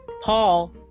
Paul